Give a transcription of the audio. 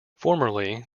formerly